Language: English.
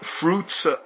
fruits